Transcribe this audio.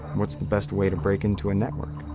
what's the best way to break into a network?